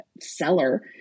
seller